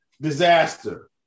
disaster